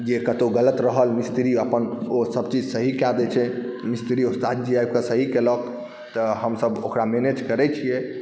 जे कतहु गलत रहल मिस्त्री अपन ओसभ चीज सही कऽ दैत छै मिस्त्री उस्तादजी आबि कऽ सही कयलक तऽ हमसभ ओकरा मैनेज करैत छियै